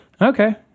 Okay